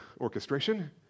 orchestration